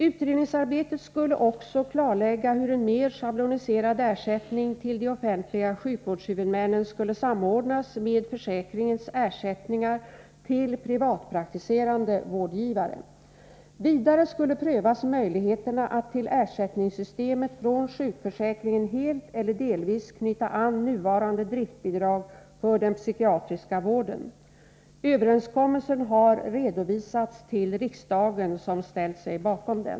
Utredningsarbetet skulle också klarlägga hur en mer schabloniserad ersättning till de offentliga sjukvårdshuvudmännen skulle samordnas med försäkringens ersättningar till privatpraktiserande vårdgivare. Vidare skulle prövas möjligheterna att till ersättningssystemet från sjukförsäkringen helt eller delvis knyta an nuvarande driftbidrag för den psykiatriska vården.